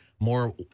More